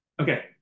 Okay